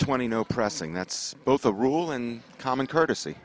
twenty no pressing that's both a rule and common courtesy